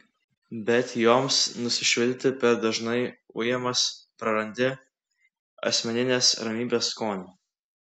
bet joms nusišvilpti per dažnai ujamas prarandi asmeninės ramybės skonį